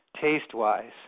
taste-wise